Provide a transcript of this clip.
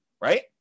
right